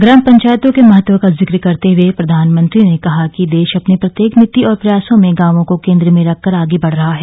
ग्राम पंचायतों के महत्व का जिक्र करते हए प्रधानमंत्री ने कहा कि देश अपनी प्रत्येक नीति और प्रयासों में गांवों को केन्द्र में रखकर आगे बढ रहा है